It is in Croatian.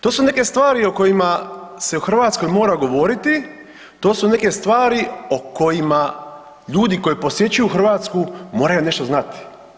To su neke stvari o kojima se u Hrvatskoj mora govoriti, to su neke stvari o kojima ljudi koji posjećuju Hrvatsku, moraju nešto znati.